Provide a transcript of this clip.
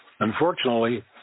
Unfortunately